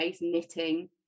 knitting